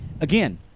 again